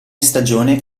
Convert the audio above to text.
stagione